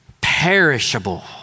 perishable